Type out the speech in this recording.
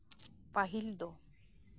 ᱯᱟᱹᱦᱤᱞ ᱫᱚ